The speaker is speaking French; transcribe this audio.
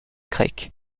grecs